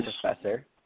professor